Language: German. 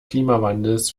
klimawandels